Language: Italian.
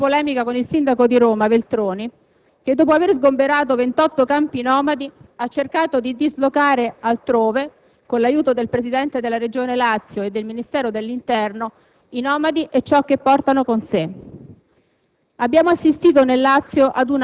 Sono recentemente entrata in netta polemica con il sindaco di Roma Veltroni, che, dopo avere sgomberato 28 campi nomadi, ha cercato, con l'aiuto del presidente della Regione Lazio e del Ministero dell'interno, di dislocare altrove i nomadi e ciò che portano con sé.